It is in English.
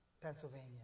Pennsylvania